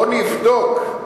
בוא נבדוק: